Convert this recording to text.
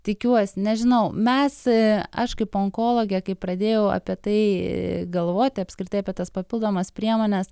tikiuos nežinau mes aš kaip onkologė kai pradėjau apie tai galvoti apskritai apie tas papildomas priemones